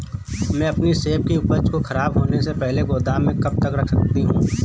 मैं अपनी सेब की उपज को ख़राब होने से पहले गोदाम में कब तक रख सकती हूँ?